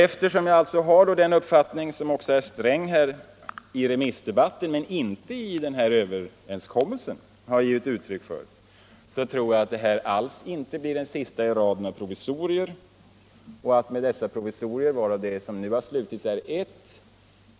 Eftersom jag har den uppfattningen, som också herr Sträng har givit uttryck för i remissdebatten men inte i överenskommelsen, så tror jag att det här inte alls blir det sista i raden av provisorier och att man med dessa provisorier faktiskt gör ont värre.